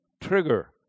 trigger